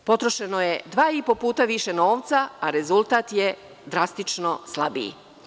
Potrošeno je dva i po puta više novca a rezultat je drastično slabiji.